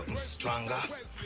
stronger? i'll